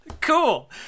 cool